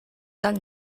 tan